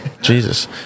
Jesus